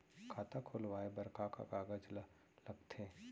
खाता खोलवाये बर का का कागज ल लगथे?